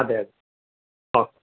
അതെതെ അ